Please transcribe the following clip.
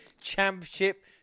Championship